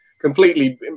completely